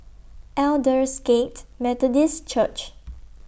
Aldersgate Methodist Church